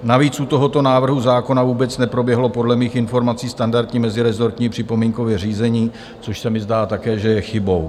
Navíc u tohoto návrhu zákona vůbec neproběhlo podle mých informací standardní mezirezortní připomínkové řízení, což se mi zdá také, že je chybou.